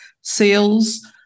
sales